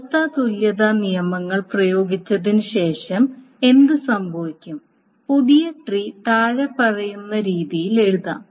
വ്യത്യസ്ത തുല്യതാ നിയമങ്ങൾ പ്രയോഗിച്ചതിന് ശേഷം എന്ത് സംഭവിക്കും പുതിയ ട്രീ താഴെ പറയുന്ന രീതിയിൽ എഴുതാം